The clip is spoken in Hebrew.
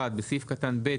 בסעיף קטן (ב),